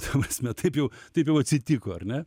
ta prasme taip jau taip jau atsitiko ar ne